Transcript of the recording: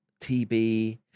tb